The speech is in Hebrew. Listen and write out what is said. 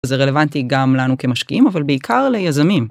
זה רלוונטי גם לנו כמשקיעים אבל בעיקר ליזמים.